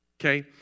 okay